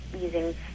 using